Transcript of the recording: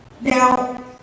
Now